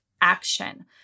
action